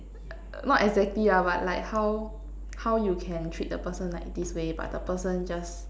err not exactly lah but like how how you can treat the person like this way but the person just